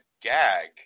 gag